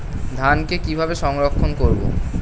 ধানকে কিভাবে সংরক্ষণ করব?